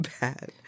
bad